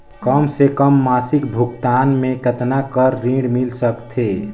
कम से कम मासिक भुगतान मे कतना कर ऋण मिल सकथे?